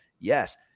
Yes